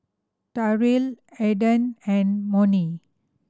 Terrill Aaden and Monnie